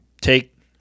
Take